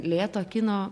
lėto kino